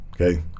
Okay